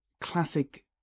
classic